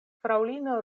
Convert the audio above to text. fraŭlino